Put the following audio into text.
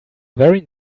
very